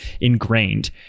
ingrained